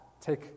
take